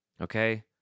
Okay